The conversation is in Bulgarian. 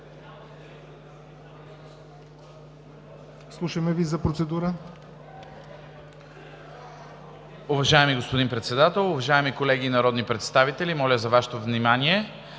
слушаме Ви за процедура.